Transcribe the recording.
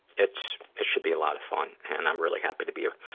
it's, it should be a lot of fun. and i'm really happy to be a,